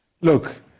look